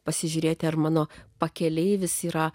pasižiūrėti ar mano pakeleivis yra